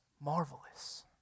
marvelous